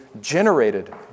generated